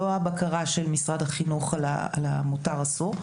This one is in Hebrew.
לא הבקרה של משרד החינוך על מותר ואסור.